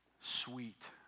sweet